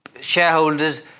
shareholders